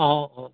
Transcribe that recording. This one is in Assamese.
অঁ অঁ